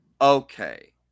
okay